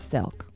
Silk